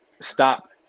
stop